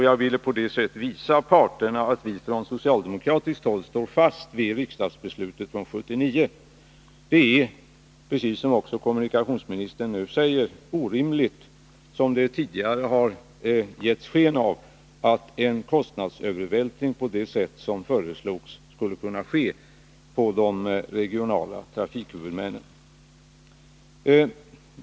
Jag ville på det sättet visa parterna att vi socialdemokrater står fast vid riksdagsbeslutet från 1979. Som kommunikationsministern nu också säger är det orimligt, som det tidigare har getts sken av, att göra en kostnadsövervältring på på de regionala trafikhuvudmännen på det sätt som tidigare föreslogs.